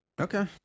Okay